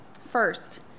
First